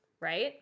right